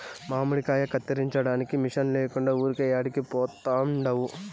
మామిడికాయ కత్తిరించడానికి మిషన్ లేకుండా ఊరికే యాడికి పోతండావు